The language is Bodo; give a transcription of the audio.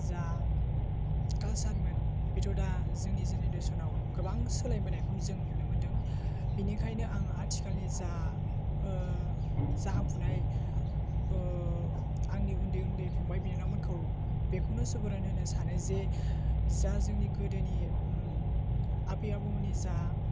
जा कालसार मोन बेथ' दा जोंनि जेनेरेसन आव गोबां सोलायबोनायखौ जों नुनो मोनदों बेनिखायनो आं आथिखालनि जा जाखांफुनाय आंनि उन्दै उन्दै फंबाय बिनानावमोनखौ बेखौनो सुबुरुन होनो सानो जे जा जोंनि गोदोनि आबै आबौमोननि जा